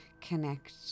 Connect